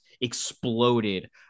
exploded